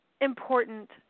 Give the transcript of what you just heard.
important